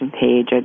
page